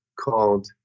called